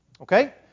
Okay